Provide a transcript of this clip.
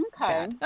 okay